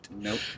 Nope